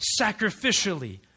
sacrificially